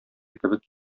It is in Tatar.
кебек